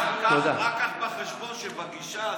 רק קח בחשבון שבגישה הזאת,